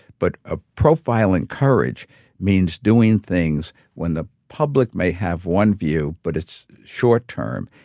but a profile in courage means doing things when the public may have one view, but it's short term.